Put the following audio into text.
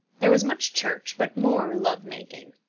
there was much church, but more love-making.